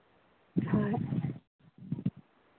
ꯍꯣꯏ